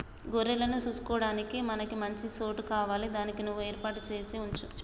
గొర్రెలను సూసుకొడానికి మనకి మంచి సోటు కావాలి దానికి నువ్వు ఏర్పాటు సేసి వుంచు